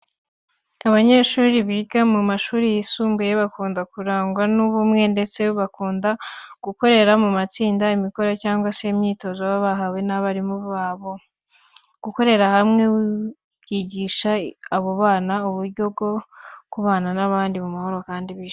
Abanyeshuri biga mu mashuri yisumbuye bakunda kurangwa n'ubumwe ndetse bakunda gukorera mu matsinda imikoro cyangwa se imyitozo baba bahawe na mwarimu wabo. Gukorera hamwe byigisha abo bana uburyo bwo kubana n'abandi mu mahoro kandi bishimye.